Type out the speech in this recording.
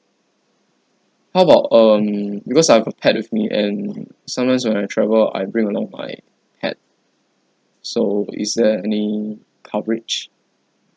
how about um because I have a pet with me and sometimes when I travel I bring along my pet so is there any coverage